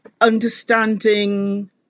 understanding